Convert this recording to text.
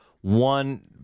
one